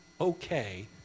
okay